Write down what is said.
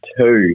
two